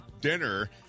dinner